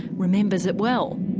remembers it well.